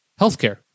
Healthcare